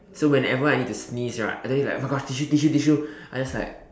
so whenever I need to sneeze right I don't need to like oh my God tissue tissue tissue I just like